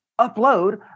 upload